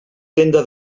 tenda